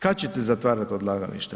Kad ćete zatvarati odlagališta?